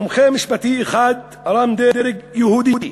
מומחה משפטי אחד רם דרג, יהודי,